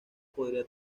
podría